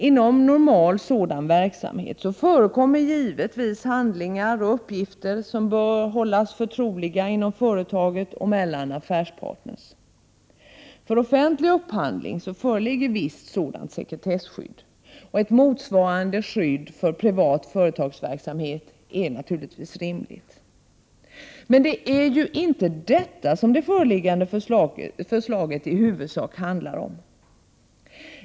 Inom normal sådan verksamhet förekommer givetvis handlingar och uppgifter som bör hållas förtroliga inom företaget och mellan affärspartner. För offentlig upphandling föreligger visst sådant sekretesskydd. Ett motsvarande skydd för privat företagsverksamhet är naturligtvis rimligt. Men det är inte detta som det föreliggande förslaget i huvudsak handlar om!